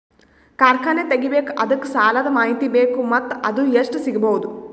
ಕಾರ್ಖಾನೆ ತಗಿಬೇಕು ಅದಕ್ಕ ಸಾಲಾದ ಮಾಹಿತಿ ಬೇಕು ಮತ್ತ ಅದು ಎಷ್ಟು ಸಿಗಬಹುದು?